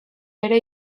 ere